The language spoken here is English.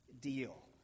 deal